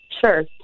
Sure